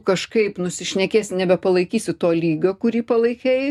kažkaip nusišnekėsi nebepalaikysi to lygio kurį palaikei